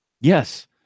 Yes